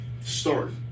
Start